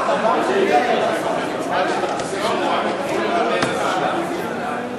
הולם לבני העדה האתיופית בשירות הציבורי (תיקוני חקיקה),